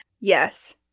Yes